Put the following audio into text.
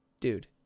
dude